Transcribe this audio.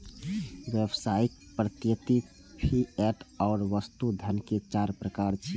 व्यावसायिक, प्रत्ययी, फिएट आ वस्तु धन के चार प्रकार छियै